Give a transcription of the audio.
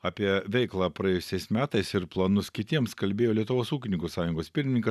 apie veiklą praėjusiais metais ir planus kitiems kalbėjo lietuvos ūkininkų sąjungos pirmininkas